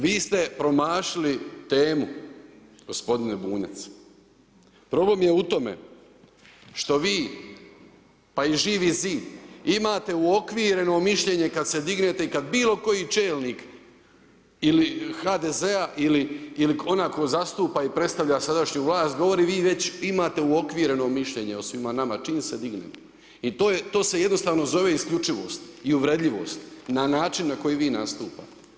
Vi ste promašili temu gospodine Bunjac, problem je u tome što vi pa i Živi zid imate uokvireno mišljenje kada se dignete i kada bilo koji čelnik ili HDZ-a i onaj tko zastupa i predstavlja sadašnju vlast vi već imate uokvireno mišljenje o svima nama čim se dignete i to se jednostavno zove isključivost i uvredljivost na način na koji vi nastupate.